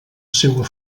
seua